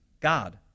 God